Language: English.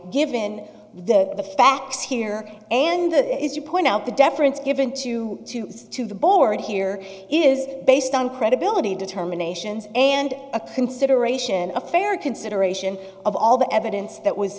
given the the facts here and that is you point out the deference given to to to the board here is based on credibility determinations and a consideration of fair consideration of all the evidence that was